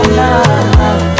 love